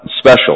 special